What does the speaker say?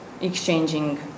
exchanging